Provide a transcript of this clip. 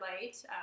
light